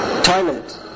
toilet